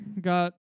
got